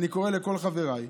אני קורא לכל חבריי,